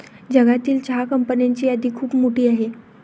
जगातील चहा कंपन्यांची यादी खूप मोठी आहे